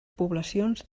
poblacions